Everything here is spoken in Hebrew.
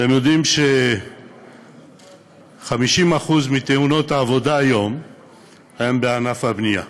אתם יודעים ש-50% מתאונות העבודה היום הן בענף הבנייה.